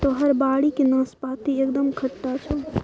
तोहर बाड़ीक नाशपाती एकदम खट्टा छौ